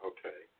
Okay